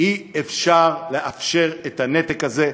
אי-אפשר לאפשר את הנתק הזה.